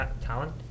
talent